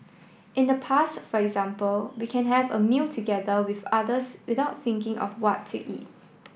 in the past for example we can have a meal together with others without thinking of what to eat